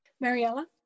mariella